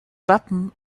wappen